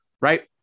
right